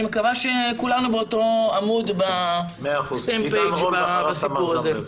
מקווה שכולנו באותו עמוד בסיפור הזה.